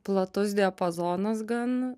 platus diapazonas gan